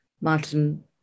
Martin